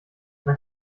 man